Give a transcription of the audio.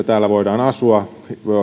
täällä voidaan asua